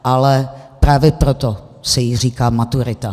Ale právě proto se jí říká maturita.